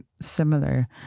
similar